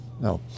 No